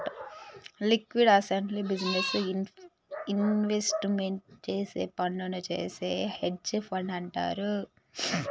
liquid అసెట్స్లో business investment చేసే ఫండునే చేసే హెడ్జ్ ఫండ్ అంటారు